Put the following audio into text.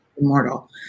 immortal